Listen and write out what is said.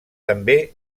també